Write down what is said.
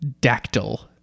dactyl